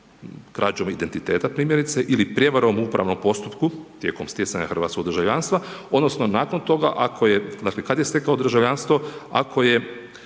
krađom identiteta primjerice ili prijevarom u upravnom postupku tijekom stjecanja hrvatskog državljanstva odnosno nakon toga, ako je, dakle kada je stekao državljanstvo ako je